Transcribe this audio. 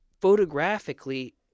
photographically